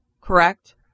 correct